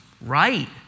right